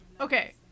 Okay